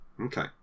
Okay